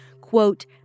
quote